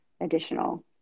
additional